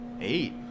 Eight